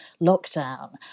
lockdown